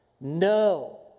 no